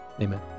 Amen